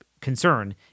concern